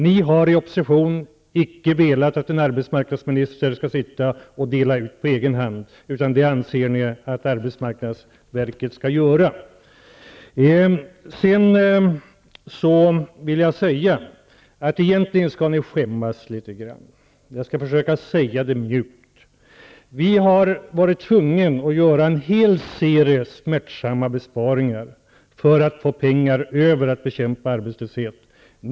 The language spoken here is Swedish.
Ni har i opposition inte velat att en arbetsmarknadsminister skall sitta och dela ut pengar på egen hand, utan ni har ansett att arbetsmarknadsverket skall göra detta. Egentligen skall ni skämmas litet grand. Jag skall försöka säga det mjukt. Vi har varit tvungna att göra en hel serie smärtsamma besparingar för att få pengar över till att bekämpa arbetslösheten.